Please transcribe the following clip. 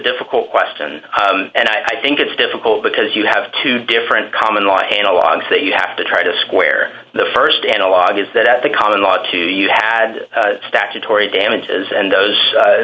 difficult question and i think it's difficult because you have two different common law analogues that you have to try to square the st analog is that at the common law two you had statutory damages and those